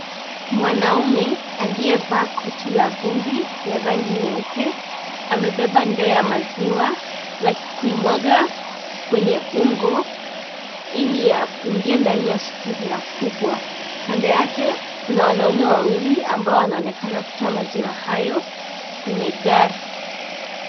Mwanaume, aliyevaa koti la vumbi ya rangi nyeupe, amebeba ndoo ya maziwa na kuimwaga kwenye ungo ili yaingie ndani ya sufuria kubwa. Kando yake, kuna wanaume wawili ambao wanaonekana kutoa maziwa hayo kwenye gari.